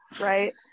right